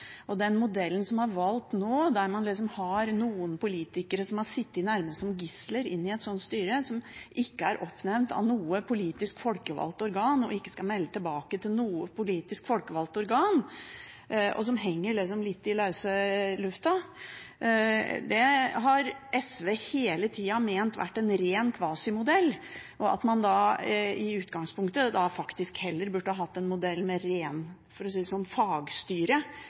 ansvaret. Den modellen som er valgt nå, der man har noen politikere som har sittet nærmest som gisler i et sånt styre, som ikke er oppnevnt av noe politisk folkevalgt organ og ikke skal melde tilbake til noe politisk folkevalgt organ, og som henger litt i løse lufta, har SV hele tida ment har vært en ren kvasimodell, og at man i utgangspunktet da heller burde hatt en modell med rene – for å si det sånn